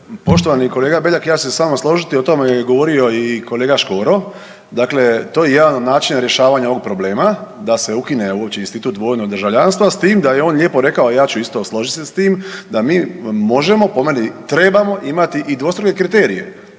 Poštovani kolega Beljak, ja ću se s vama složiti. O tome je govorio i kolega Škoro. Dakle, to je jedan od načina rješavanja ovog problema da se ukine uopće institut dvojnog državljanstva s tim da je on lijepo rekao, ja ću isto složit se s time da mi možemo, po meni trebamo imati i dvostruke kriterije,